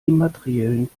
immateriellen